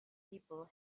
people